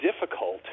difficult